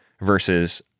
versus